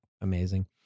amazing